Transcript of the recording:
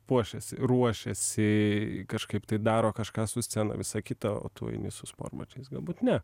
puošiasi ruošiasi kažkaip tai daro kažką su scena visa kita o tu eini su sportbačiais galbūt ne